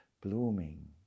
blooming